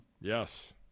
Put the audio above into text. yes